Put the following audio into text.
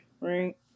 Right